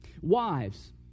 Wives